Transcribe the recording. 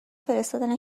فرستادن